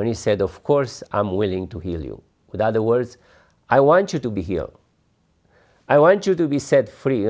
and he said of course i'm willing to heal you with other words i want you to be here i want you to be set free